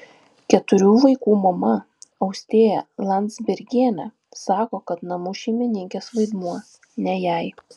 keturių vaikų mama austėja landzbergienė sako kad namų šeimininkės vaidmuo ne jai